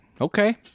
Okay